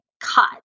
cut